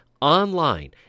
online